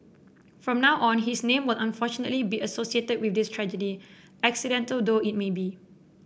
from now on his name will unfortunately be associated with this tragedy accidental though it may be